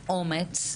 ואומץ.